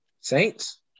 Saints